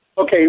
Okay